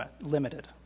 limited